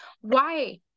Why-